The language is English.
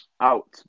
out